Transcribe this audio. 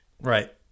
right